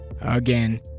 Again